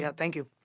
yeah thank you.